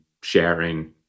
sharing